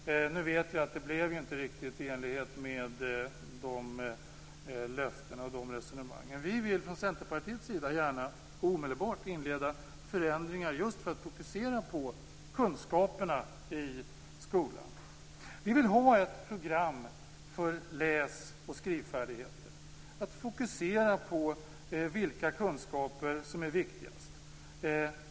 Nu vet vi att det inte riktigt blev i enlighet med dessa löften. Vi från Centerpartiet vill omedelbart genomföra förändringar just för att fokusera på kunskaperna i skolan. Vi vill ha ett program för läs och skrivfärdigheter och fokusera på vilka kunskaper som är viktigast.